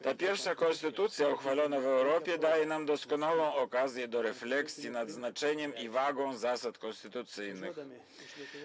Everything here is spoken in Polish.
Ta pierwsza konstytucja uchwalona w Europie daje nam doskonałą okazję do refleksji nad znaczeniem i wagą zasad konstytucyjnych.